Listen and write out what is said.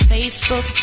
Facebook